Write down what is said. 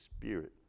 spirit